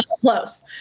Close